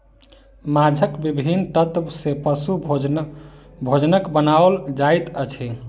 माँछक विभिन्न तत्व सॅ पशु भोजनक बनाओल जाइत अछि